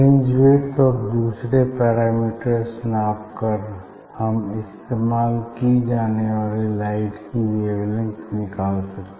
fringe width और दूसरे parameters नाप कर हम इस्तेमाल की जाने वाली लाइट की वेवलेंथ निकाल सकते